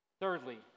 Thirdly